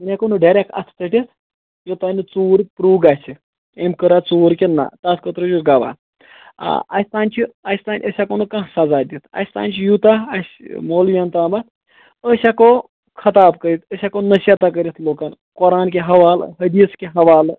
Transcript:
وۄنۍ ہیٚکو نہٕ ڈایریٚک اَتھہٕ ژٔٹتھ یۄتانۍ نہٕ ژوٗر پرٛو گَژھہِ أمۍ کٔرا ژوٗر کِنہِ نَہ تَتھ خٲطرٕ چھُ گَواہ آ اسہِ تانۍ چھُ اسہِ تانۍ أسۍ ہیٚکو نہٕ کانٛہہ سَزا دِتھ اسہِ تانۍ چھُ یوٗتاہ اسہِ مولوِین تامتھ أسۍ ہیٚکو خطاب کٔرِتھ أسۍ ہیٚکو نصیٖحتہ کٔرِتھ لُکن قرآن کہِ حَوالہٕ حدیٖث کہِ حَوالہٕ